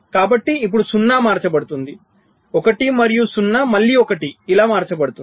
కాబట్టి ఇప్పుడు 0 మార్చబడుతుంది 1 మరియు 0 మళ్ళీ 1 ఇలా మార్చబడుతుంది